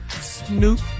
Snoop